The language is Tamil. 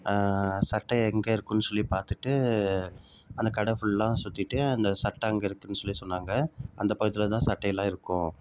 சட்டை எங்கே இருக்கும்னு சொல்லி பார்த்துட்டு அந்த கடை ஃபுல்லாக சுற்றிட்டு அந்த சட்டை அங்கே இருக்குதுன்னு சொல்லி சொன்னாங்க அந்த பக்கத்தில் தான் சட்டை எல்லாம் இருக்கும்